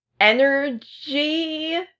energy